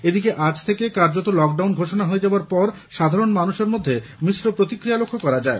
এদিকে আজ থেকে কার্যত লকডাউন ঘোষণা হয়ে যাবার পর সাধারণ মানুষের মধ্যে মিশ্র প্রতিক্রিয়া লক্ষ্য করা যায়